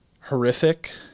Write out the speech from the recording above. horrific